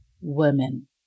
women